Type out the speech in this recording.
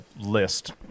list